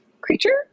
creature